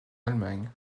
allemagne